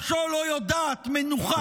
נפשו לא יודעת מנוחה.